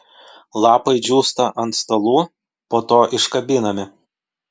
lapai džiūsta ant stalų po to iškabinami